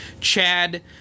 Chad